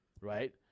right